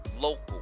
local